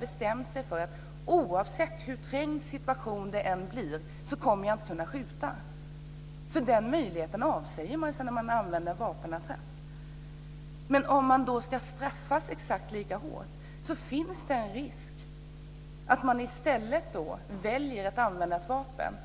bestämt sig för att, oavsett hur trängd situationen blir, inte kunna skjuta. Den möjligheten avsäger man när man använder vapenattrapp. Men om man ska straffas exakt lika hårt finns det en risk att man i stället väljer att använda ett vapen.